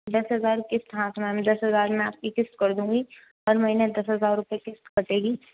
दस हज़ार किश्त हाँ तो मैम दस हज़ार मैं आपकी किश्त कर दूंगी हर महीने दस हज़ार रूपए किश्त कटेगी